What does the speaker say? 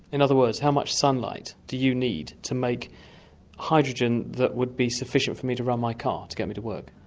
in other words, how much sunlight do you need to make hydrogen that would be sufficient for me to run my car to get me to work?